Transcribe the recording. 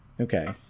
Okay